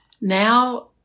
now